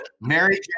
Mary